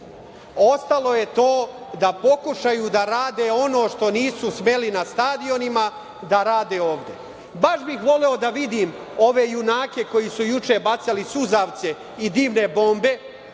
Ostalo je to da pokušaju da rade ono što nisu smeli na stadionima, da rade ode. Baš bih voleo da vidim ove junake koji su juče bacali suzavce i dimne bombe,